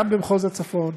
גם במחוז הצפון,